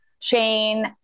Shane